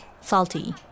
Salty